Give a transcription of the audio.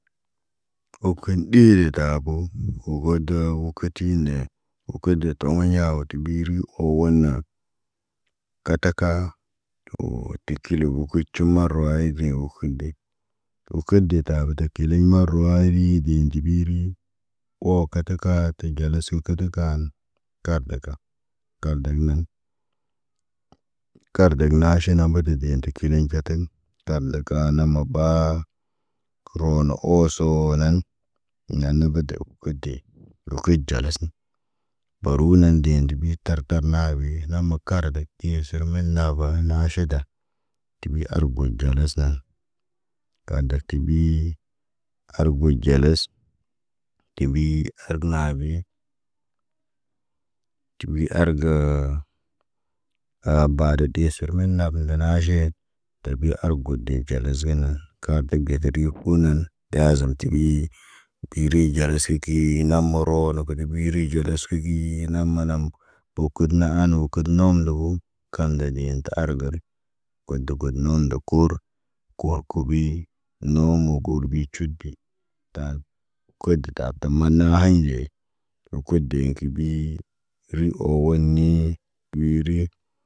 Okin ɗi de tabo, wo gə də wokitiɲ ɗe. Wo kədə toŋgiɲa wo ti giri owona. Kataka, tə oo tə kili wukucu marawaay de ufu de. Wukude de tabo tə kileɲ marawaay yini ndiɓiru. Wo kataka tə ɟalis kə də kaan, kaar daka kar dan nan. Kar deg naaʃinen na mbata dee tə kileɲ kataŋg. Tar ndaka nama baa, roono ooso nan. Ndor unen dee ndibiit tar tar naabe nama kaarde tiyerser min naba, naa ʃida. Ti bi al got ganas na. Kaanda tiɓii, al guɟalas, tiɓii harəb nabi. Tiɓi argə, aa badə tə hismina abndinaʃe. Tabi argot de ɟanas gə nan, kaak tə gədəri, kunan, yaazim tiɓi. Kiri ɟalaskə kii, nama roono dəbə ɓiri ɟalas kə gi nama nama. To kut an wo kut noom le hu, kande de tə argərə. Kodo got noondə kuru, kuwor kə ɓi, noomo gorɓi cuut bi. Taan, kot di taab ta man na haynde, rukud de iŋg ki bii, ri owon ni wiri.